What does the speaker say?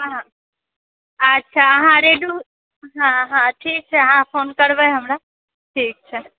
हँ अच्छा अहाँ रेडी होउ हँ हँ ठीक छै अहाँ फोन करबै हमरा ठीक छै